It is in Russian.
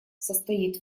состоит